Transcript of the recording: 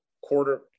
quarter